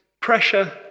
pressure